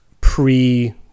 pre